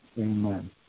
Amen